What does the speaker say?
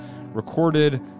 recorded